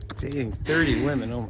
dating thirty women?